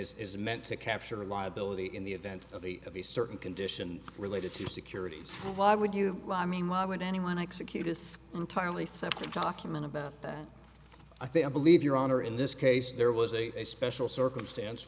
and is meant to capture a liability in the event of a of a certain condition related to securities why would you lie i mean why would anyone execute is entirely separate document about that i think i believe your honor in this case there was a special circumstance